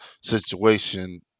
situation